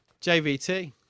JVT